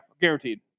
guaranteed